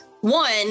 one